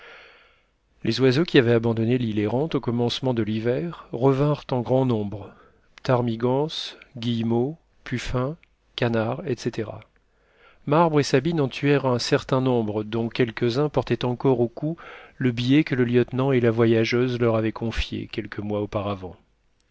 les oiseaux qui avaient abandonné l'île errante au commencement de l'hiver revinrent en grand nombre ptarmigans guillemots puffins canards etc marbre et sabine en tuèrent un certain nombre dont quelques-uns portaient encore au cou le billet que le lieutenant et la voyageuse leur avaient confié quelques mois auparavant